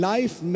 Life